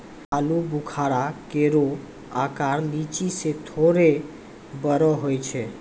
आलूबुखारा केरो आकर लीची सें थोरे बड़ो होय छै